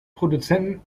produzenten